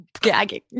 gagging